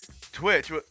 Twitch